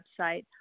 website